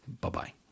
Bye-bye